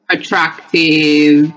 Attractive